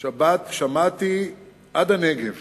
שמעתי עד הנגב